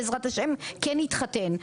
בעזרת ה' כן יתחתן.